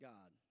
God